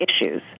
issues